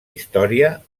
història